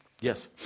Yes